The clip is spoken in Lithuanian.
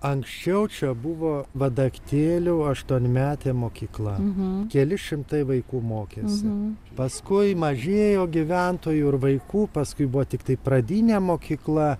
anksčiau čia buvo vadaktėlių aštuonmetė mokykla keli šimtai vaikų mokėsi paskui mažėjo gyventojų ir vaikų paskui buvo tiktai pradinė mokykla